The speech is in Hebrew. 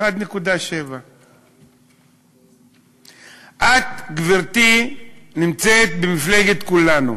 1.7. את, גברתי, נמצאת במפלגת כולנו.